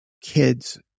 kids